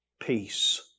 Peace